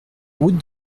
route